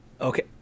Okay